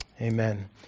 Amen